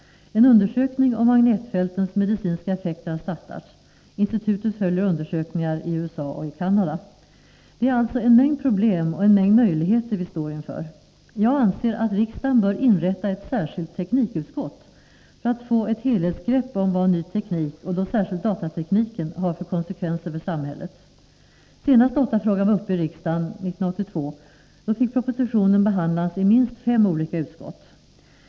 En undersökning om magnetfältens medicinska effekter har startats. Institutet följer undersökningar i USA och Canada. Det är alltså en mängd problem och en mängd möjligheter vi står inför. Jag anser att riksdagen bör inrätta ett särskilt teknikutskott för att få ett helhetsgrepp om vad ny teknik, och då särskilt datatekniken, har för konsekvenser för samhället. Senast datafrågan var uppe i riksdagen, 1982, fick propositionen behandlas i minst fem olika utskott.